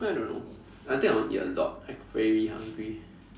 I don't know I think I want eat a lot like very hungry